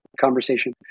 conversation